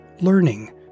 Learning